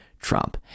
Trump